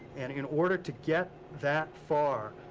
and in order to get that far,